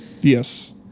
Yes